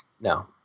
No